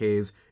Ks